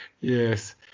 Yes